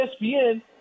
ESPN